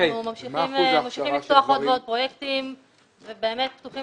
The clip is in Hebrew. אנחנו ממשיכים לפתח עוד ועוד פרויקטים ובאמת פתוחים